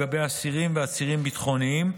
לגבי אסירים ועצירים ביטחוניים.